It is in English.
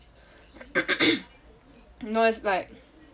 no it's like